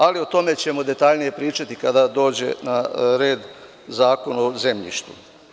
Ali, o tome ćemo detaljnije pričati kada dođe na red Zakon o zemljištu.